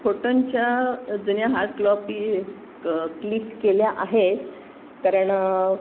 फोटोंच्या जुन्या हार्डक्लॉपी क क्लिक केल्या आहेत कारण